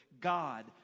God